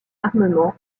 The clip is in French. armement